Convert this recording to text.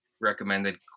recommended